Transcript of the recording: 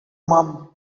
mum